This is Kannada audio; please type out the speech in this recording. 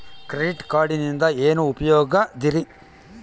ಕ್ರೆಡಿಟ್ ಕಾರ್ಡಿನಿಂದ ಏನು ಉಪಯೋಗದರಿ?